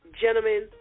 Gentlemen